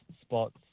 spots